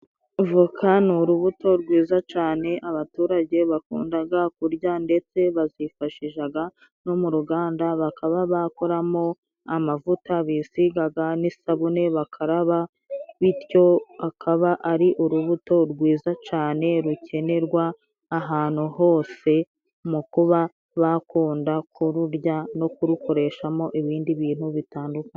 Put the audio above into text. Voka ni urubuto rwiza cane, abaturage bakundaga kurya ndetse bazifashishaga no mu ruganda, bakaba bakoramo amavuta bisigaga n'isabune bakaraba, bityo akaba ari urubuto rwiza cane rukenerwa ahantu hose, mu kuba bakunda kururya no kurukoreshamo ibindi bintu bitandukanye.